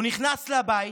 הוא נכנס לבית,